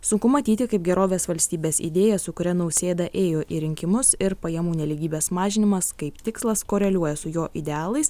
sunku matyti kaip gerovės valstybės idėja su kuria nausėda ėjo į rinkimus ir pajamų nelygybės mažinimas kaip tikslas koreliuoja su jo idealais